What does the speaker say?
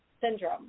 syndrome